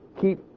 keep